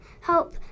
help